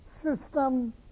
system